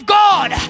god